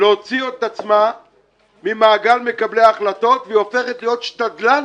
להוציא את עצמה ממעגל מקבלי ההחלטות והיא הופכת להיות שתדלן